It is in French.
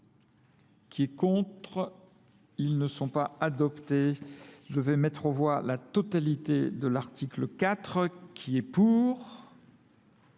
qui est contre, ils ne sont pas adoptés. Je vais mettre au voie la totalité de l'article 4, qui est pour,